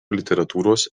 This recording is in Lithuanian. literatūros